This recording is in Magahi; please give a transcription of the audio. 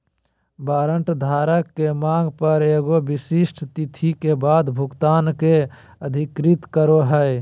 वारंट धारक के मांग पर एगो विशिष्ट तिथि के बाद भुगतान के अधिकृत करो हइ